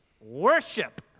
worship